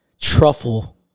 truffle